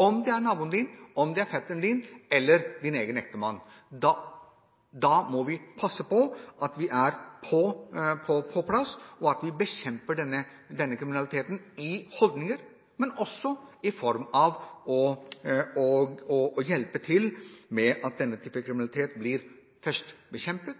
om det er naboen din, fetteren din eller din egen ektemann. Da må vi passe på at vi er på plass, og at vi bekjemper denne kriminaliteten i holdninger. Vi må hjelpe til slik at denne typen kriminalitet blir bekjempet,